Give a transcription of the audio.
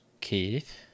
Keith